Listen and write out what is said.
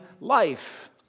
life